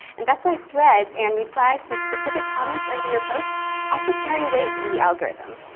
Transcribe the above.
and that's why threads and replies to specific comments under your post also carry weight in the algorithm.